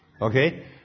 Okay